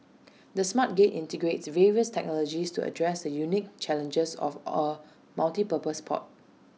the smart gate integrates various technologies to address the unique challenges of A multipurpose port